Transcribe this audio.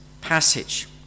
passage